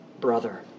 brother